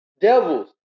Devils